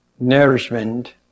nourishment